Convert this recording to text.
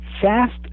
fast